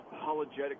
apologetic